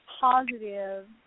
positive